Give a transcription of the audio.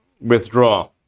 withdraw